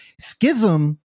schism